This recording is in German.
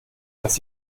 dass